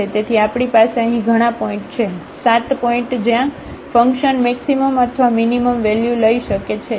તેથી આપણી પાસે અહીં ઘણા બધા પોઇન્ટ છે 7 પોઇન્ટ જ્યાં ફંકશન મેક્સિમમ અથવા મીનીમમ વેલ્યુ લઈ શકે છે